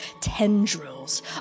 tendrils